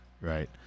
right